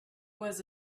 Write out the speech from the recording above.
was